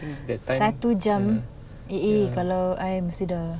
satu jam eh eh kalau I mesti dah